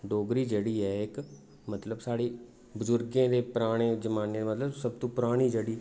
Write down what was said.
डोगरी जेह्ड़ी ऐ इक मतलब साढ़ी बजुर्गें दे पराने जमाने मतलब सब तों परानी जेह्ड़ी